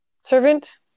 servant